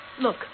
Look